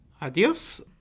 adios